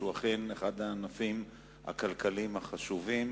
שהוא אכן אחד הענפים הכלכליים החשובים,